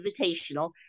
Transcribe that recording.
invitational